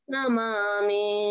Namami